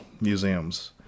museums